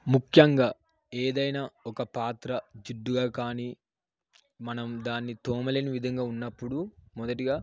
ముఖ్యంగా ఏదైనా ఒక పాత్ర జిడ్డుగా కానీ మనం దాన్ని తోమలేని విధంగా ఉన్నప్పుడు మొదటగా